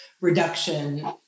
reduction